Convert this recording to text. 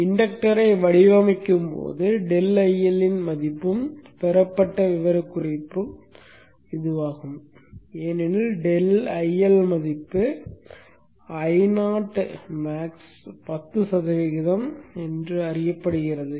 இண்டக்டரை வடிவமைக்கும் போது ∆IL இன் மதிப்பும் பெறப்பட்ட விவரக்குறிப்பாகும் ஏனெனில் ∆IL மதிப்பு Io அதிகபட்சத்தில் 10 சதவிகிதம் எனக் கருதப்படுகிறது